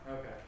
Okay